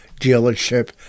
dealership